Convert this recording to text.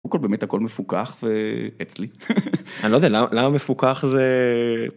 באמת הכל מפוכח אצלי. אני לא יודע למה מפוכח זה...